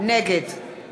נגד